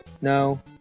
No